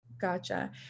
Gotcha